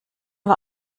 war